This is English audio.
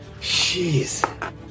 Jeez